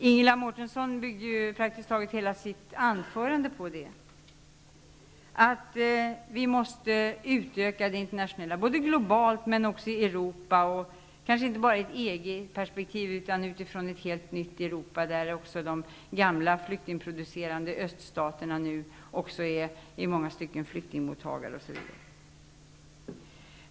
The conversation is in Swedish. Ingela Mårtensson byggde praktiskt taget hela sitt anförande på att vi måste utöka det internationella samarbetet, globalt men också i Europa, kanske inte bara i EG-perspektiv utan med tanke på ett helt nytt Europa där de tidigare flyktingproducerade östländerna nu också är i många stycken flyktingmottagare, osv.